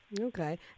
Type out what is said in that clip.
Okay